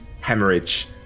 hemorrhage